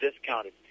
discounted